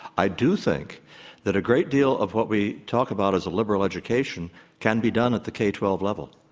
i do think that a great deal of what we talk about as a liberal education can be done at the k twelve level.